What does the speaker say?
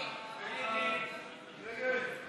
איימן עודה,